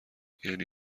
یعنی